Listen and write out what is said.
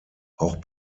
auch